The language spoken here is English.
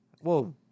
whoa